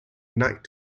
night